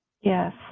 yes